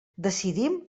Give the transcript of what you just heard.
decidim